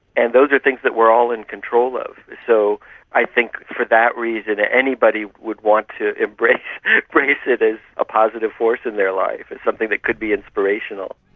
and those are things that we are all in control of. so i think for that reason, anybody would want to embrace embrace it as a positive force in their life, as something that could be inspirational.